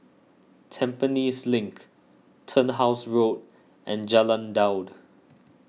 Tampines Link Turnhouse Road and Jalan Daud